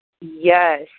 Yes